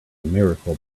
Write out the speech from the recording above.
miracle